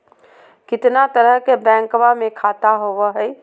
कितना तरह के बैंकवा में खाता होव हई?